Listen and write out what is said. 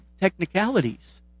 technicalities